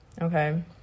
Okay